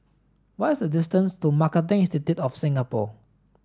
what is the distance to Marketing Institute of Singapore